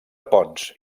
ponts